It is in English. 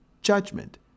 judgment